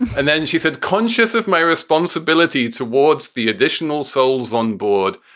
and then she said, conscious of my responsibility towards the additional souls on board.